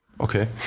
okay